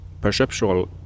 perceptual